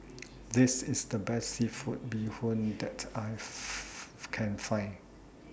This IS The Best Seafood Bee Hoon that I Can Find